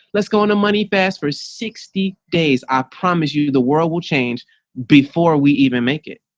let's go on the money fast for sixty days, i promise you the world will change before we even make it.